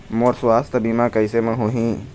मोर सुवास्थ बीमा कैसे म होही?